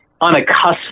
unaccustomed